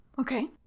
Okay